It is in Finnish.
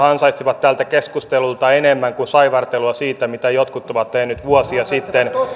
ansaitsevat tältä keskustelulta enemmän kuin saivartelua siitä mitä jotkut ovat tehneet vuosia sitten